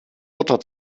butter